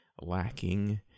lacking